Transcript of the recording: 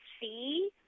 see